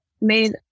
made